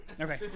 Okay